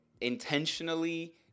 intentionally